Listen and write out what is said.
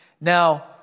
Now